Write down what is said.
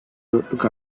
dörtlük